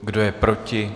Kdo je proti?